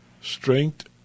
strength